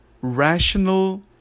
rational